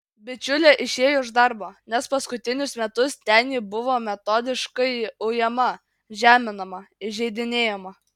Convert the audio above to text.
bičiulė išėjo iš darbo nes paskutinius metus ten ji buvo metodiškai ujama žeminama įžeidinėjama